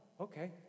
Okay